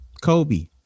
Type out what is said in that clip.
Kobe